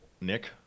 Nick